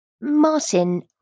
Martin